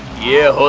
yeah!